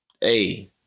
hey